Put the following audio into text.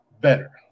better